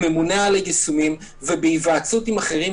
הממונה על היישומים ובהיוועצות עם אחרים,